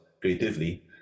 creatively